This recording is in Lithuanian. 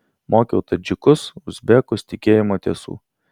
mokiau tadžikus ir uzbekus tikėjimo tiesų